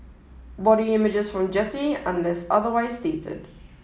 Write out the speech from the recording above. body images from Getty unless otherwise stated